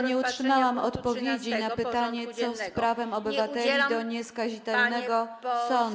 Nie otrzymałam odpowiedzi na pytanie, co z prawem obywateli do nieskazitelnego sądu.